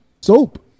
Soap